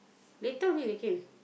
later only they came